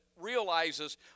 realizes